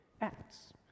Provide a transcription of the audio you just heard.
acts